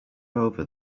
over